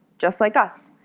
just like us.